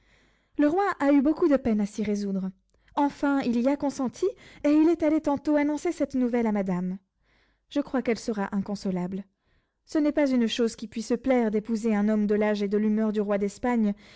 le roi a eu beaucoup de peine à s'y résoudre enfin il y a consenti et il est allé tantôt annoncer cette nouvelle à madame je crois qu'elle sera inconsolable ce n'est pas une chose qui puisse plaire d'épouser un homme de l'âge et de l'humeur du roi d'espagne